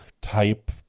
type